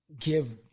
give